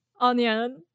Onion